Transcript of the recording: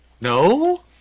no